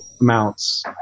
amounts